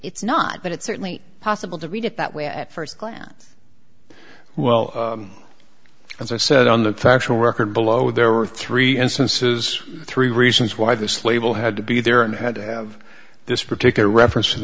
it's not but it's certainly possible to read it that way at first glance well as i said on the factual record below there are three instances three reasons why this label had to be there and had to have this particular reference